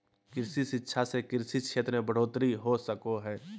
कृषि शिक्षा से कृषि क्षेत्र मे बढ़ोतरी हो सको हय